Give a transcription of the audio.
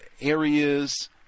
areas